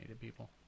people